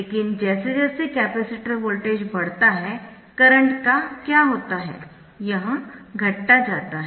लेकिन जैसे जैसे कैपेसिटर वोल्टेज बढ़ता है करंट का क्या होता है यह घटता जाता है